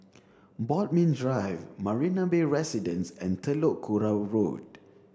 Bodmin Drive Marina Bay Residences and Telok Kurau Road